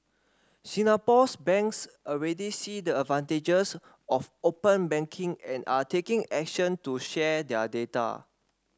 Singapore's banks already see the advantages of open banking and are taking action to share their data